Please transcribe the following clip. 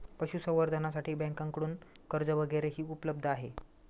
पशुसंवर्धनासाठी बँकांकडून कर्ज वगैरेही उपलब्ध आहे